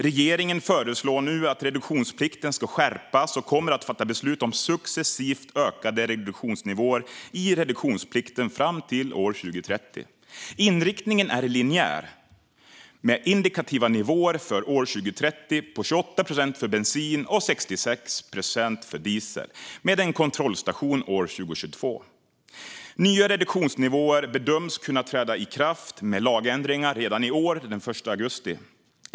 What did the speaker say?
Regeringen förslår nu att reduktionsplikten ska skärpas och kommer att fatta beslut om successivt ökade reduktionsnivåer i reduktionsplikten fram till 2030. Inriktningen är linjär med indikativa nivåer för 2030 på 28 procent för bensin och 66 procent för diesel, med en kontrollstation 2022. Nya reduktionsnivåer bedöms kunna träda i kraft med lagändringar redan den 1 augusti i år.